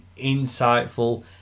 insightful